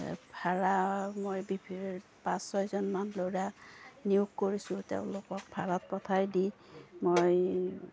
ভাড়া মই বি পাঁচ ছয়জনমান ল'ৰা নিয়োগ কৰিছোঁ তেওঁলোকক ভাড়াত পঠাই দি মই